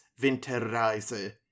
winterreise